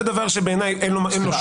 זה דבר שבעיניי אין לו שום מקום.